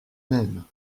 même